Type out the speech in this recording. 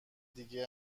دیگه